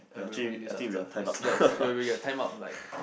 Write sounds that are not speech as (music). ya actually I think we are time out (laughs)